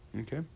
okay